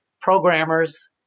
programmers